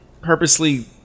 purposely